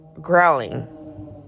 growling